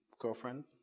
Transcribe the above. girlfriend